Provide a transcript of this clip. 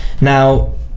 Now